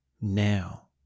now